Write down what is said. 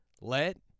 Let